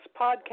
podcast